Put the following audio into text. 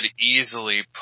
easily